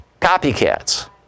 copycats